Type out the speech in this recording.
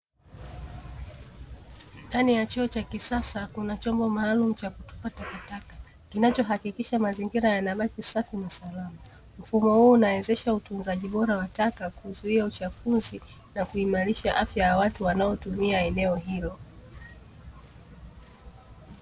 Ndani ya choo cha kisasa kuna chombo maalumu cha kutupa takataka, kinachohakikisha mazingira yanabaki safi na salama. Mhfumo huu unawezesha utunzaji bora wa taka, kuzuia uchafuzi, na kuimarisha afya ya watu wanao tumia eneo hilo.